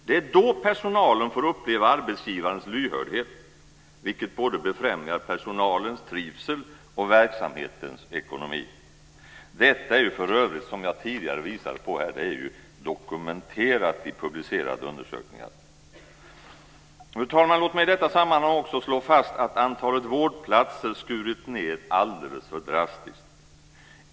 Det är då som personalen får uppleva arbetsgivarens lyhördhet, vilket befrämjar både personalens trivsel och verksamhetens ekonomi. Detta är för övrigt, som jag tidigare visat på, dokumenterat i publicerade undersökningar. Låt mig i detta sammanhang också slå fast att antalet vårdplatser skurits ned alldeles för drastiskt.